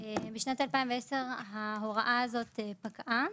בשנת 2010 ההוראה הזאת פקעה.